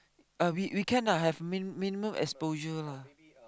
uh we we can ah have minimum minimum exposure lah